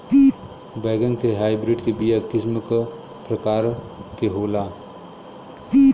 बैगन के हाइब्रिड के बीया किस्म क प्रकार के होला?